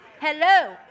Hello